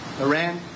Iran